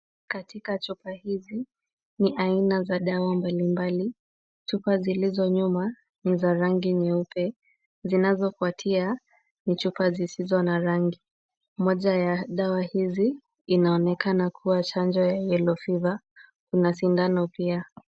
Katika chupa hizi, ni aina za dawa mbalimbali. Chupa zilizo nyuma ni za rangi nyeupe. Zinazofuatia ni chupa sizizo na rangi. Moja ya dawa hizi inaonekana kuwa chanjo ya yellow fever . Kuna sindano pia.